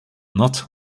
not